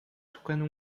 tocando